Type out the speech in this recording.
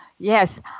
Yes